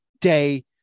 day